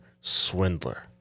Swindler